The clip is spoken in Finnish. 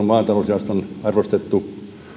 maatalousjaoston arvostettu